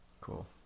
Cool